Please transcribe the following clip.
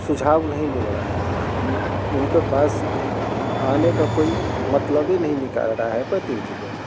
सुझाव नहीं मिल रहा है उनके पास आने का कोई मतलब ही नहीं निकल रहा है प्रतिनिधि लोग